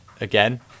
again